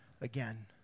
again